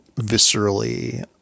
viscerally